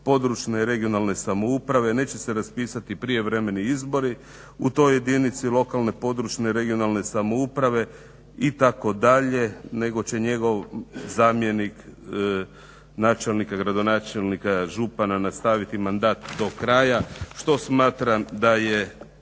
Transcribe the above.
područna (regionalna) samouprave neće se raspisati prijevremeni izbori u toj jedinici lokalne i područne (regionalna) samouprave itd. nego će njegov zamjenik načelnika, gradonačelnika, župana nastaviti mandat do kraja što smatram da je